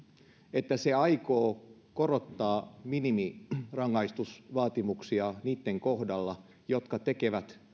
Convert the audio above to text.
että se aikoo korottaa minimirangaistusvaatimuksia niitten kohdalla jotka tekevät